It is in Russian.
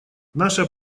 наша